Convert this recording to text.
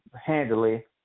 handily